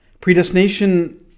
Predestination